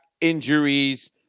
injuries